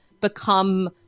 become